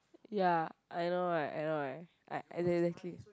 ya I know right I know right I exactly